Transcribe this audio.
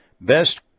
best